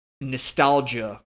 nostalgia